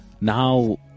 now